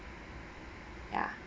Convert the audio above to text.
ya